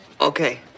Okay